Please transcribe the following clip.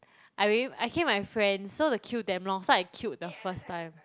I I came with my friend so the queue damn long so I queued the first time